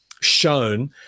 shown